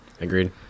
agreed